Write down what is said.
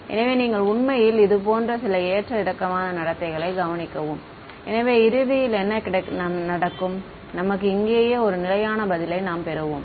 எனவே நீங்கள் உண்மையில் இது போன்ற சில ஏற்ற இறக்கமான நடத்தைகளைக் கவனிக்கவும் எனவே இறுதியில் என்ன நடக்கும் நமக்கு இங்கேயே ஒரு நிலையான பதிலை நாம் பெறுவோம்